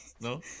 No